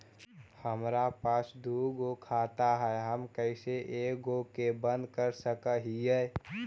हमरा पास दु गो खाता हैं, हम कैसे एगो के बंद कर सक हिय?